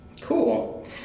Cool